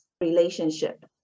relationship